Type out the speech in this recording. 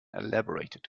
elaborated